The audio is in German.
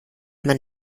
man